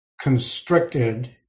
constricted